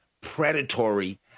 predatory